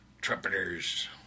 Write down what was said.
trumpeters